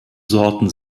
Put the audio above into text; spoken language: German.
sorten